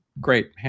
Great